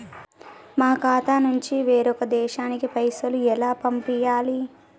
మా ఖాతా నుంచి వేరొక దేశానికి పైసలు ఎలా పంపియ్యాలి?